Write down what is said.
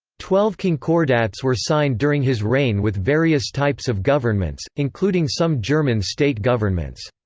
twelve concordats were signed during his reign with various types of governments, including some german state governments.